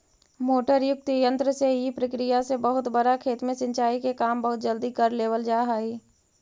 motor युक्त यन्त्र से इ प्रक्रिया से बहुत बड़ा खेत में सिंचाई के काम बहुत जल्दी कर लेवल जा हइ